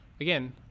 Again